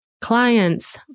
Clients